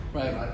right